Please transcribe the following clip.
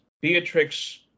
Beatrix